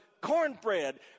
cornbread